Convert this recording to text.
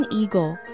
eagle